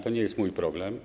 To nie jest mój problem.